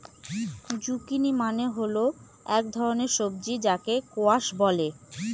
zucchini মানে হল এক ধরনের সবজি যাকে স্কোয়াশ বলে